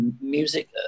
music